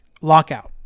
lockout